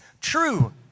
true